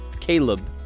Caleb